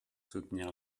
soutenir